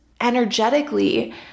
energetically